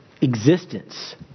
existence